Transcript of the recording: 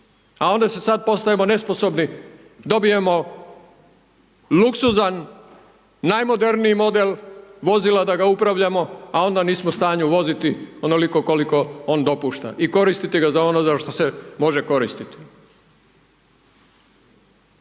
a onda se sad postajemo nesposobni, dobijemo luksuzan, najmoderniji model vozila da ga upravljamo, a onda nismo u stanju voziti onoliko koliko on dopušta, i koristiti ga za ono za što se može koristiti.